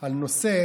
על נושא